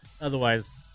otherwise